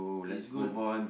is good